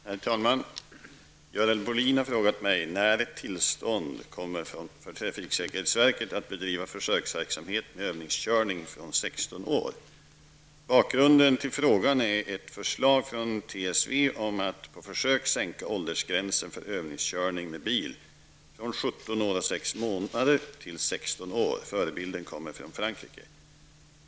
Herr talman! Görel Bohlin har frågat mig när ett tillstånd kommer för trafiksäkerhetsverket Bakgrunden till frågan är ett förslag från TSV om att på försök sänka åldersgränsen för övningskörning med bil från 17 år och 6 månader till 16 år. Förebilden kommer från Frankrike.